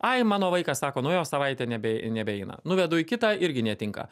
ai mano vaikas sako nu jo savaitę nebe nebeina nuvedu į kitą irgi netinka